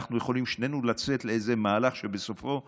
אנחנו יכולים שנינו לצאת לאיזה מהלך שבסופו מצבנו,